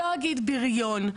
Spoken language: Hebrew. לא אגיד בריון,